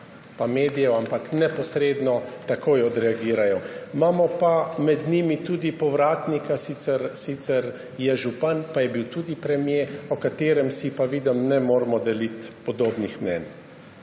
pa medijev, ampak neposredno takoj odreagirajo. Imamo pa med njimi tudi povratnika, sicer je župan pa je bil tudi premier, o njem si pa, vidim, ne moremo deliti podobnih mnenj.